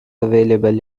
available